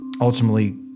ultimately